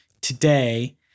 today